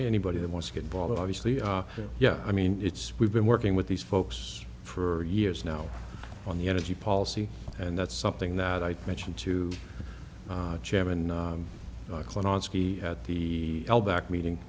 anybody that wants to get ball that obviously ah yeah i mean it's we've been working with these folks for years now on the energy policy and that's something that i mentioned to chairman clint on ski at the el back meeting